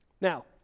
Now